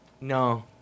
No